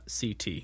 ct